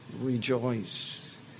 rejoice